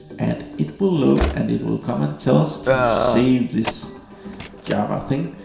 and it will load and it will come and tell us to save this java thing.